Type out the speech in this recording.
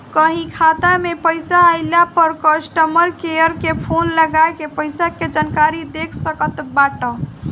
कहीं खाता में पईसा आइला पअ कस्टमर केयर के फोन लगा के पईसा के जानकारी देख सकत बाटअ